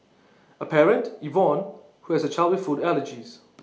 A parent Yvonne who has A child with food allergies